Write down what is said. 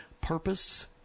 Purpose